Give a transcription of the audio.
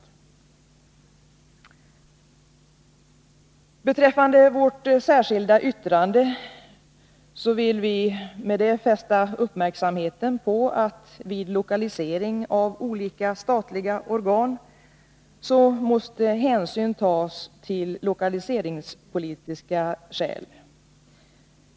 Vad gäller vårt särskilda yttrande vill jag framhålla att vi med detta önskar fästa uppmärksamheten på att vid lokalisering av olika statliga organ hänsyn måste tas till lokaliseringspolitiska synpunkter.